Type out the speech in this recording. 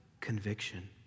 conviction